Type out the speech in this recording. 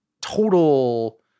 total